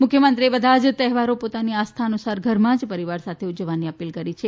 મુખ્યમંત્રીએ બધા જ તહેવારો પોતાની આસ્થાઅનુસાર ઘરમાં પરિવાર સાથે ઉજવવાની અપીલ કરી છે